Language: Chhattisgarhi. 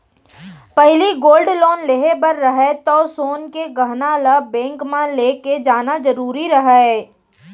पहिली गोल्ड लोन लेहे बर रहय तौ सोन के गहना ल बेंक म लेके जाना जरूरी रहय